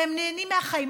והם נהנים מהחיים.